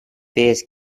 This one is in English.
this